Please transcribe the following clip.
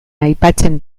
aipatzen